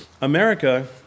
America